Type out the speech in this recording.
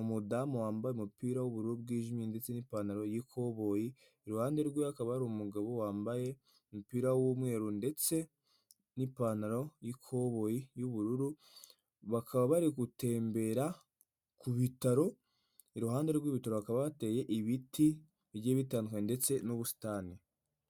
umudamu wambaye umupira w'ubururu bwijimye ndetse n'ipantaro y'ikoboyi iruhande rwe hakaba hari umugabo wambaye umupira w'umweru ndetse n'ipantaro y'ikoboyi y'ubururu bakaba bari gutembera ku bitaro iruhande rw'ibitarohakaba hateye ibiti bigiye bitandukanye ndetse n'ubusitani.